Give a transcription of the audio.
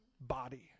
body